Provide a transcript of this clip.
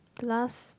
last